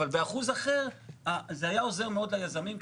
אבל באחוז אחר זה היה עוזר מאוד ליזמים,